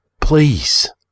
please